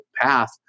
path